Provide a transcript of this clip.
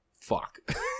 fuck